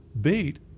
bait